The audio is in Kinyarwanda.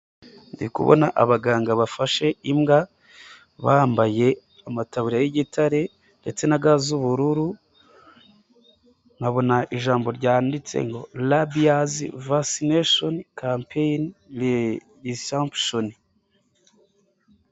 Ndi kubona abaganga bafashe imbwa, bambaye amatabu y'igitare ndetse na ga z'ubururu nkabona ijambo ryanditse ngo ''rabies vaccination campaign resumption''.